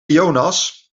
jonas